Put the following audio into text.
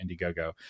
Indiegogo